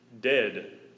dead